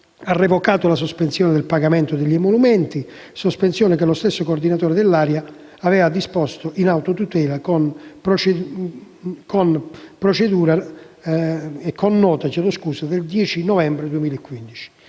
ha revocato la sospensione del pagamento degli emolumenti; sospensione, che lo stesso coordinatore dell'area aveva disposto, in autotutela, con precedente nota del 10 novembre 2015.